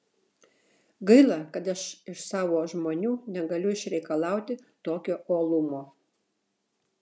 gaila kad aš iš savo žmonių negaliu išreikalauti tokio uolumo